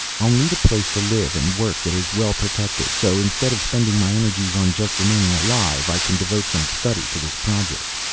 i'll need a place to live and work that is well protected. so instead of spending my energies on just remaining alive i can devote some study to this project.